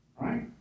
right